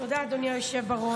תודה, אדוני היושב בראש.